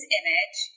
image